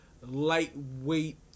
lightweight